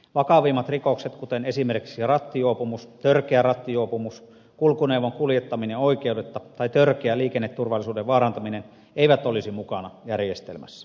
vakavimmat rikokset kuten esimerkiksi rattijuopumus törkeä rattijuopumus kulkuneuvon kuljettaminen oikeudetta tai törkeä liikenneturvallisuuden vaarantaminen eivät olisi mukana järjestelmässä